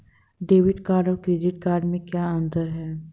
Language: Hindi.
डेबिट कार्ड और क्रेडिट कार्ड में क्या अंतर है?